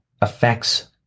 affects